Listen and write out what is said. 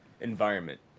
environment